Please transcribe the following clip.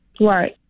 Right